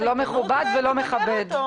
זה לא מכובד ולא מכבד.